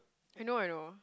I know I know